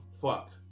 fuck